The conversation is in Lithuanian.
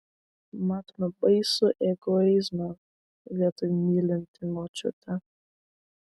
matome baisų egoizmą vietoj mylinti močiutė